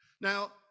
now